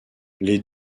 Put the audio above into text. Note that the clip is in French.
les